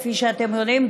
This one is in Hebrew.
כפי שאתם יודעים,